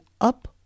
up